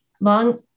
long